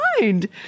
mind